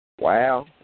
Wow